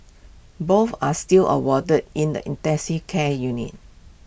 both are still awarded in the intensive care unit